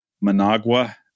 Managua